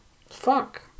Fuck